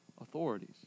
authorities